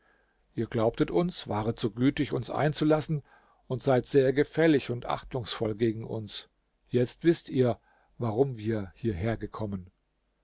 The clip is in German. ihr glaubtet uns waret so gütig uns einzulassen und seid sehr gefällig und achtungsvoll gegen uns jetzt wißt ihr warum wir hierher gekommen